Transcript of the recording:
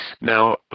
Now